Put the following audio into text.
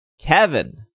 Kevin